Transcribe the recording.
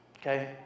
okay